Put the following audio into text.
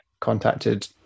contacted